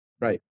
right